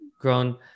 grown